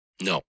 no